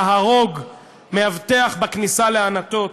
להרוג מאבטח בכניסה לענתות,